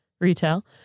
retail